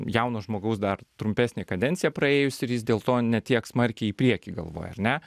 jauno žmogaus dar trumpesnė kadencija praėjus ir jis dėl to ne tiek smarkiai į priekį galvoja ar ne